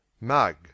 Mug